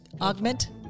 augment